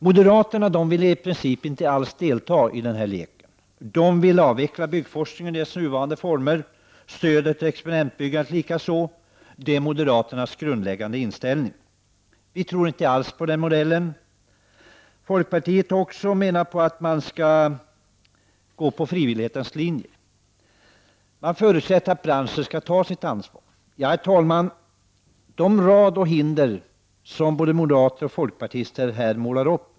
Moderaterna vill i princip inte alls delta i den här leken. De vill avveckla byggforskningen i dess nuvarande former, stödet till experimentbyggandet likaså. Det är moderaternas grundläggande inställning. Vi tror inte alls på den modellen. Folkpartiet menar också att man skall följa frivillighetens linje. Man förutsätter att branschen skall ta sitt ansvar. Herr talman! Vi tror inte på den rad av hinder som både moderater och folkpartister här målar upp.